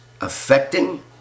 affecting